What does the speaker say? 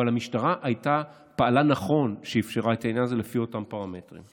אבל המשטרה פעלה נכון כשאפשרה את העניין הזה לפי אותם הפרמטרים.